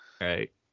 Right